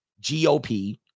gop